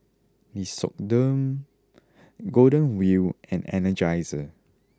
Nixoderm Golden Wheel and Energizer